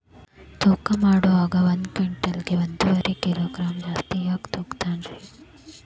ತೂಕಮಾಡುವಾಗ ಒಂದು ಕ್ವಿಂಟಾಲ್ ಗೆ ಒಂದುವರಿ ಕಿಲೋಗ್ರಾಂ ಜಾಸ್ತಿ ಯಾಕ ತೂಗ್ತಾನ ರೇ?